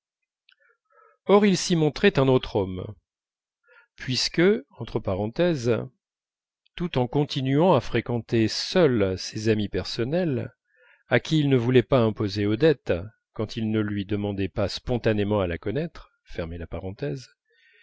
or il s'y montrait un autre homme puisque tout en continuant à fréquenter seul ses amis personnels à qui il ne voulait pas imposer odette quand ils ne lui demandaient pas spontanément à la